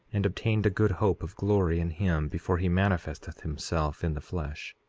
and obtained a good hope of glory in him before he manifesteth himself in the flesh.